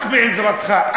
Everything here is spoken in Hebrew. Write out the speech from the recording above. רק בעזרתך,